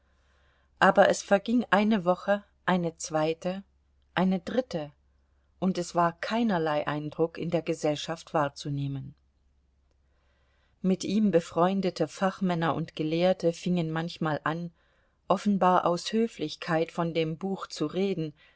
aber es verging eine woche eine zweite eine dritte und es war keinerlei eindruck in der gesellschaft wahrzunehmen mit ihm befreundete fachmänner und gelehrte fingen manchmal an offenbar aus höflichkeit von dem buch zu reden